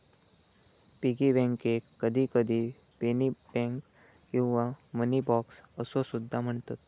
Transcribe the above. piggy बँकेक कधीकधी penny bank किंवा मनी बॉक्स असो सुद्धा म्हणतत